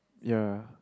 ya